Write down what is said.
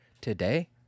today